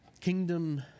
Kingdom